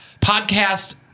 podcast